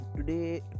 Today